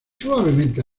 suavemente